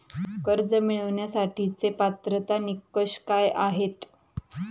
कर्ज मिळवण्यासाठीचे पात्रता निकष काय आहेत?